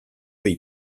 dei